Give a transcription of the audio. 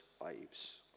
lives